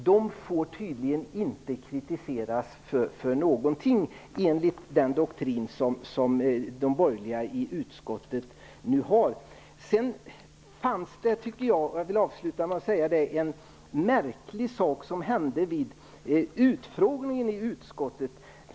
De får tydligen inte kritiseras för någonting, enligt de borgerligas doktrin i utskottet. Avslutningsvis vill jag ta upp något märkligt som hände vid utfrågningen i utskottet.